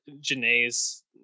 Janae's